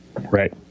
Right